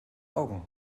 augen